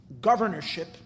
Governorship